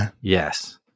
Yes